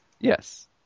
Yes